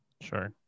Sure